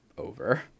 over